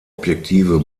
objektive